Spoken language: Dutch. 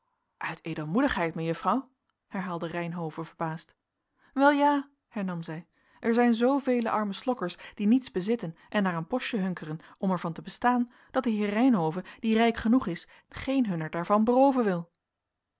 uit edelmoedigheid mejuffrouw herhaalde reynhove verbaasd wel ja hernam zij er zijn zoovele arme slokkers die niets bezitten en naar een postje hunkeren om er van te bestaan dat de heer reynhove die rijk genoeg is geen hunner daarvan berooven wil